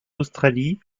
australie